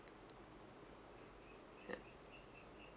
yup